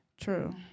True